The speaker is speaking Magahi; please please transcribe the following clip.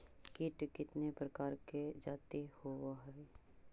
कीट कीतने प्रकार के जाती होबहय?